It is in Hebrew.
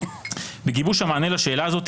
בגיבוש המענה לשאלה הזו,